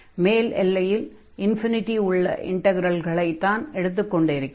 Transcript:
மேல் எல்லையில் உள்ள இன்டக்ரல்களைத்தான் எடுத்துக் கொண்டிருக்கிறோம்